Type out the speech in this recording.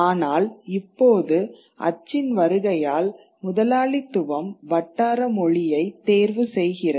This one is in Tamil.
ஆனால் இப்போது அச்சின் வருகையால் முதலாளித்துவம் வட்டார மொழியை தேர்வு செய்கிறது